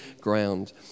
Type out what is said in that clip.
ground